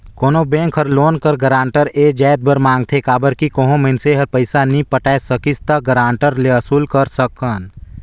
कोनो बेंक हर लोन कर गारंटर ए जाएत बर मांगथे काबर कि कहों मइनसे हर पइसा नी पटाए सकिस ता गारंटर ले वसूल कर सकन